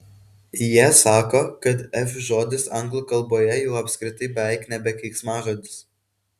jie sako kad f žodis anglų kalboje jau apskritai beveik nebe keiksmažodis